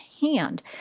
hand